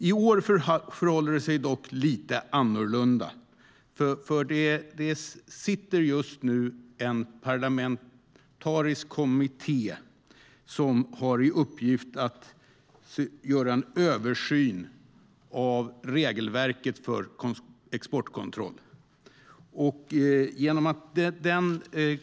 I år förhåller det sig dock lite annorlunda. Det sitter just nu en parlamentarisk kommitté som har i uppgift att göra en översyn av regelverket för exportkontroll.